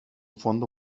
fondo